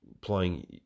playing